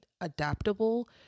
adaptable